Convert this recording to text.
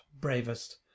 bravest